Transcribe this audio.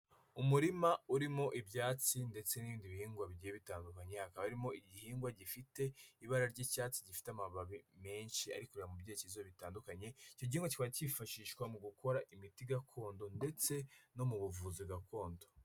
Umurima urimo ibyatsi ndetse n'ibindi bihingwa bigiye bitandukanye hakaba harimo igihingwa gifite ibara ry'icyatsi gifite amababi menshi ari kureba mu byerekezo bitandukanye, icyo gihingwa kikaba cyifashishwa mu gukora imiti gakondo ndetse no mu buvuzi gakondo.